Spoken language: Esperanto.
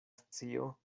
scio